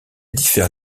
diffère